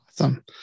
Awesome